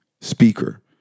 speaker